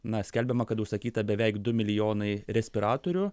na skelbiama kad užsakyta beveik du milijonai respiratorių